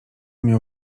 miał